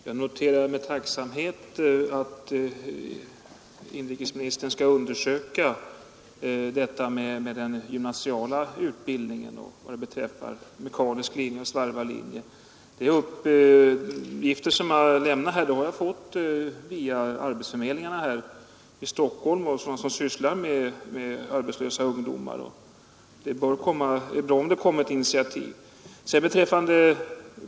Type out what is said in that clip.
Herr talman! Jag noterar med tacksamhet att inrikesministern skall undersöka den gymnasiala utbildningen beträffande mekanisk linje och svarvarlinje. De uppgifter jag lämnade har jag fått via arbetsförmedlingarna i Stockholm som sysslar med arbetslösa ungdomar. Det bör komma ett initiativ.